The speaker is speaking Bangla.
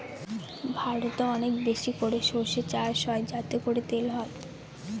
ভারতে অনেক বেশি করে সর্ষে চাষ হয় যাতে করে তেল হয়